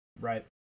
Right